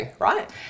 right